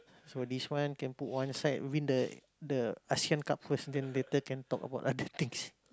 so this one can put one side win the the Asean-Cup first later can talk about other things